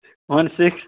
one six